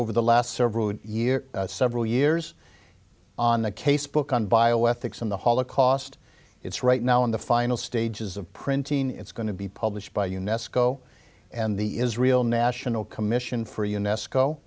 over the last several years several years on the case book on bioethics on the holocaust it's right now in the final stages of printing it's going to be published by unesco and the israel national commission for u